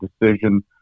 decision